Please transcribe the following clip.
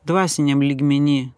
dvasiniam lygmeny